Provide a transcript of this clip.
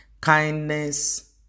Kindness